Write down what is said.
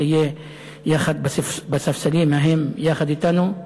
תהיה בספסלים ההם יחד אתנו.